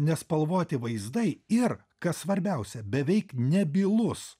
nespalvoti vaizdai ir kas svarbiausia beveik nebylus